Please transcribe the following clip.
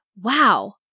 wow